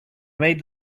made